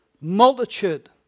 multitude